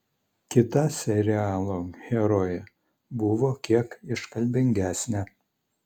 kita serialo herojė buvo kiek iškalbingesnė